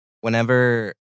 whenever